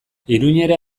iruñera